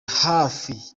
hafi